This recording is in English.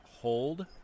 hold